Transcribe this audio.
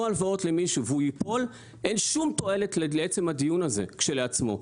הלוואות למישהו והוא ייפול אין שום תועלת לעצם הדיון הזה כשלעצמו.